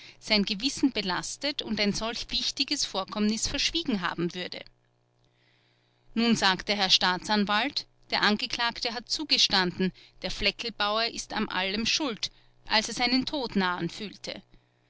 sein gewissen belastet und ein solch wichtiges vorkommnis verschwiegen haben würde nun sagt der herr staatsanwalt der angeklagte hat zugestanden der flecklbauer ist an allem schuld als er seinen tod nahen fühlte